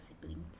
siblings